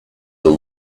the